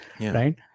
Right